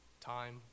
time